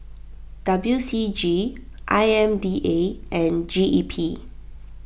W C G I M D A and G E P